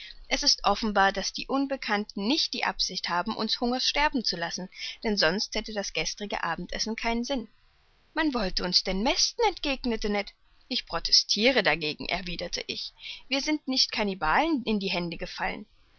es ist offenbar daß die unbekannten nicht die absicht haben uns hungers sterben zu lassen denn sonst hätte das gestrige abendessen keinen sinn man wollte uns denn mästen entgegnete ned ich protestire dagegen erwiderte ich wir sind nicht cannibalen in die hände gefallen